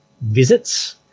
visits